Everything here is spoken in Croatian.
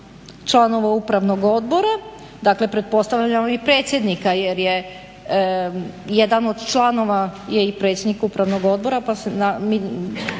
članova upravnog odbora, dakle pretpostavljam i predsjednika jer je jedan od članova i predsjednik upravnog odbora pa se